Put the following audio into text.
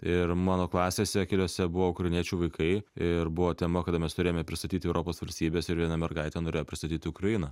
ir mano klasėse keliose buvo ukrainiečių vaikai ir buvo tema kada mes turėjome pristatyti europos valstybes ir viena mergaitė norėjo pristatyti ukrainą